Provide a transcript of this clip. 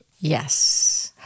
yes